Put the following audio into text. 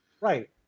Right